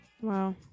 Wow